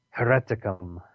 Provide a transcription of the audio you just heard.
hereticum